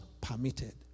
permitted